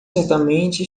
certamente